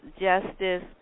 Justice